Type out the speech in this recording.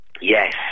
Yes